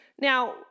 Now